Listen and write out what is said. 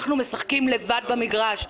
אנחנו משחקים לבד במגרש.